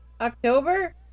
October